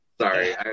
sorry